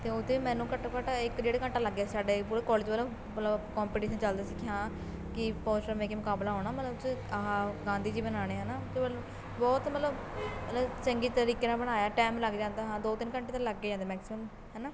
ਅਤੇ ਉਹਤੇ ਵੀ ਮੈਨੂੰ ਘੱਟੋ ਘੱਟ ਇੱਕ ਡੇਢ ਘੰਟਾ ਲੱਗ ਗਿਆ ਸੀ ਸਾਡੇ ਪੂਰੇ ਕੋਲਜ ਵਲੋਂ ਮਤਲਬ ਕੋਂਪੀਟੀਸ਼ਨ ਚੱਲਦੇ ਸੀ ਕਿ ਹਾਂ ਕਿ ਪੋਸਟਰ ਮੇਕਿੰਗ ਮੁਕਾਬਲਾ ਹੋਣਾ ਮਤਲਬ ਉਹ 'ਚ ਆਹਾ ਗਾਂਧੀ ਜੀ ਬਣਾਉਣੇ ਹੈ ਨਾ ਬਹੁਤ ਮਤਲਬ ਚੰਗੀ ਤਰੀਕੇ ਨਾਲ ਬਣਾਇਆ ਟੈਮ ਲੱਗ ਜਾਂਦਾ ਹਾਂ ਦੋ ਤਿੰਨ ਘੰਟੇ ਤਾਂ ਲੱਗੇ ਜਾਂਦੇ ਮੈਕਸੀਮਮ ਹੈ ਨਾ